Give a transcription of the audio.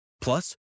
Plus